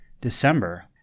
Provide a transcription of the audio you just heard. December